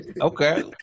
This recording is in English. Okay